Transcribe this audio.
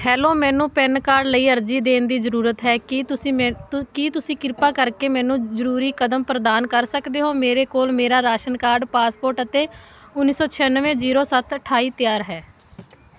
hello ਮੈਨੂੰ pin card ਲਈ ਅਰਜ਼ੀ ਦੇਣ ਦੀ ਜ਼ਰੂਰਤ ਹੈ ਕੀ ਤੁਸੀਂ ਮੇਰੇ ਤੋਂ ਕੀ ਤੁਸੀਂ ਕਿਰਪਾ ਕਰਕੇ ਮੈਨੂੰ ਜ਼ਰੂਰੀ ਕਦਮ ਪ੍ਰਦਾਨ ਕਰ ਸਕਦੇ ਹੋ ਮੇਰੇ ਕੋਲ ਮੇਰਾ ਰਾਸ਼ਨ ਕਾਰਡ ਪਾਸਪੋਰਟ ਅਤੇ ਉੱਨੀ ਸੌ ਛਿਆਨਵੇਂ ਜੀਰੋ ਸੱਤ ਅਠਾਈ ਤਿਆਰ ਹੈ